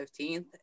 15th